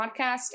podcast